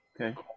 Okay